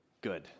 Good